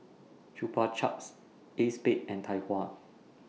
Chupa Chups ACEXSPADE and Tai Hua